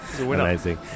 Amazing